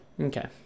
Okay